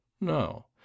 No